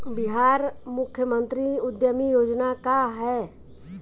बिहार मुख्यमंत्री उद्यमी योजना का है?